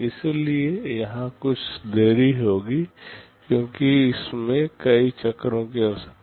इसलिए यहां कुछ देरी होगी क्योंकि इसमें कई चक्रों की आवश्यकता होती है